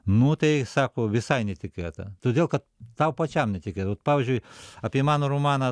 nu tai sako visai netikėta todėl kad tau pačiam netikėta ot pavyzdžiui apie mano romaną